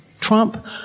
Trump